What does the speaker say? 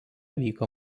vyko